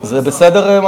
זה בסדר,